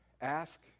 ask